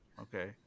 okay